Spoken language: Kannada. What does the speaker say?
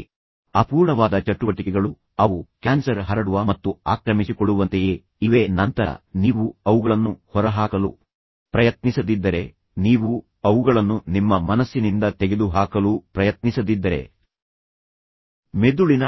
ಆದ್ದರಿಂದ ಅಪೂರ್ಣವಾದ ಚಟುವಟಿಕೆಗಳು ಆದ್ದರಿಂದ ಅವು ಕ್ಯಾನ್ಸರ್ ಹರಡುವ ಮತ್ತು ಆಕ್ರಮಿಸಿಕೊಳ್ಳುವಂತೆಯೇ ಇವೆ ಮತ್ತು ನಂತರ ನೀವು ಅವುಗಳನ್ನು ಹೊರಹಾಕಲು ಪ್ರಯತ್ನಿಸದಿದ್ದರೆ ನೀವು ಅವುಗಳನ್ನು ನಿಮ್ಮ ಮನಸ್ಸಿನಿಂದ ತೆಗೆದುಹಾಕಲು ಪ್ರಯತ್ನಿಸದಿದ್ದರೆ ಮೆದುಳಿನ